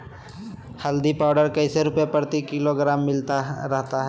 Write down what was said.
हल्दी पाउडर कैसे रुपए प्रति किलोग्राम मिलता रहा है?